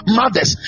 mothers